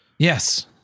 yes